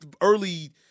early –